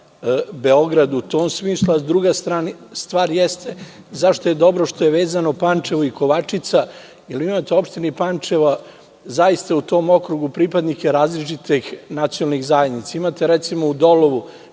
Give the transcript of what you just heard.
Beograd u tom smislu. Druga stvar jeste zašto je dobro što je vezano Pančevo i Kovačica, jer imate u opštini Pančevo, u tom okrugu, pripadnike različitih nacionalnih zajednica. Imate, recimo, u Dolovu